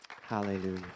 Hallelujah